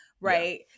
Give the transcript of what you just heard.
right